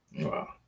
Wow